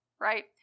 right